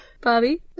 Bobby